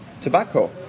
tobacco